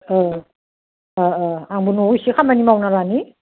औ अ अ आंबो न'आव इसे खामानि मावना लानि